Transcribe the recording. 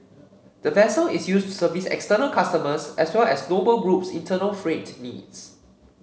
the vessel is used to service external customers as well as Noble Group's internal freight needs